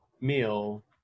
meal